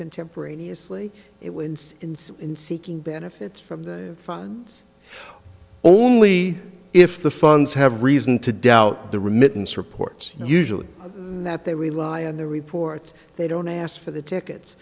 contemporaneously it was seeking benefits from the fund only if the funds have reason to doubt the remittance reports usually that they rely on the reports they don't ask for the tickets